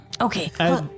Okay